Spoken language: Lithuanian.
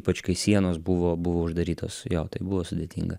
ypač kai sienos buvo buvo uždarytos jo tai buvo sudėtinga